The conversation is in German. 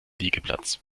liegeplatz